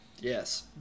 yes